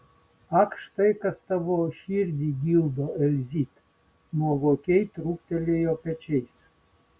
ak štai kas tau širdį gildo elzyt nuovokiai trūktelėjo pečiais